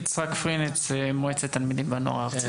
יצחק פרינץ, מועצת התלמידים והנוער הארצי.